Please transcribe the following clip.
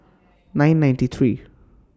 nine ninety three